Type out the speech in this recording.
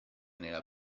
nella